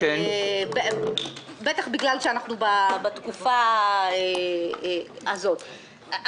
בטח בגלל שאנחנו בתקופה הזאת,